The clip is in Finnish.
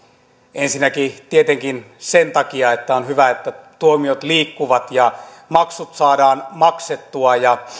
ensinnäkin tietenkin sen takia että on hyvä että tuomiot liikkuvat ja maksut saadaan maksettua ja